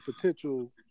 potential